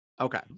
Okay